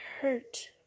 hurt